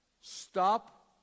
Stop